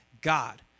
God